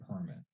permit